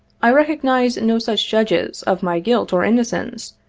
i recognize no such judges of my guilt or innocence,